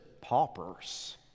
paupers